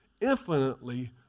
infinitely